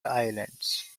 islands